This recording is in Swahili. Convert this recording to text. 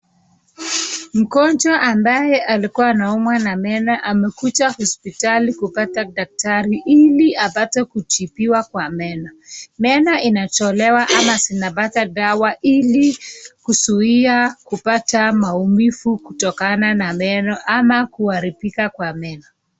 Mgonjwa ambaye alikuwa anaumwa na meno amekuja hospitali kupata daktari ili apate kutibiwa kwa meno. Meno inatolewa ama inapata dawa ili kuzuia kupata maumivu kutokana na meno ama kuharibika kwa meno.